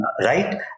Right